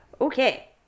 Okay